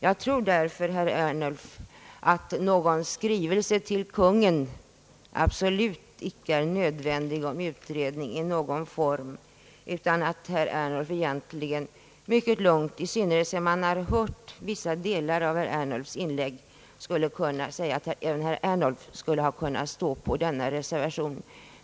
Jag tror därför, herr Ernulf, att någon skrivelse till Kungl. Maj:t om utredning i någon form absolut icke är nödvändig. Herr Ernulf skulle därför mycket lugnt ha kunnat biträda reservationen 1.